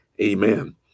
Amen